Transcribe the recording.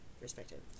respected